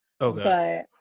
Okay